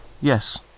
yes